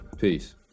Peace